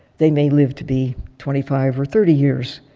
they may live to be twenty five or thirty years.